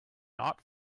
not